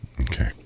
Okay